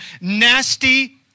nasty